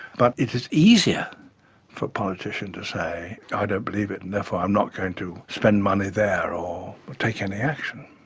but it is easier for a politician to say, i don't believe it and therefore i'm not going to spend money there or take any action.